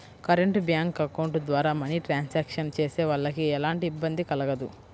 current bank account ద్వారా money transactions చేసేవాళ్ళకి ఎలాంటి ఇబ్బంది కలగదు